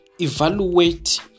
evaluate